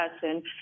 person